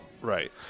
right